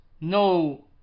no